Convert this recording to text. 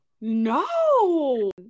No